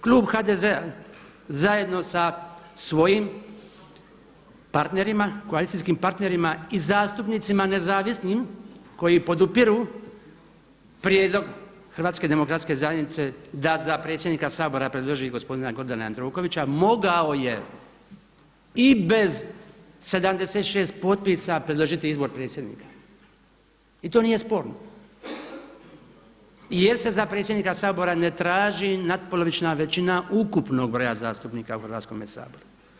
Klub HDZ-a zajedno sa svojim partnerima, koalicijskim partnerima i zastupnicima nezavisnim koji podupiru prijedlog HDZ-a da za predsjednika Sabora predloži gospodina Gordana Jandrokovića mogao je i bez 76 potpisa predložiti izbor predsjednika i to nije sporno jer se za predsjednika Sabora ne traži natpolovična većina ukupnog broja zastupnika u Hrvatskome saboru.